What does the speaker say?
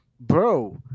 Bro